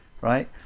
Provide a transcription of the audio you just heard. right